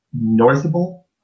noticeable